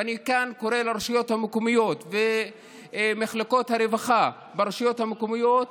ואני כאן קורא לרשויות המקומיות ומחלקות הרווחה ברשויות המקומיות